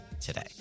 today